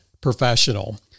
professional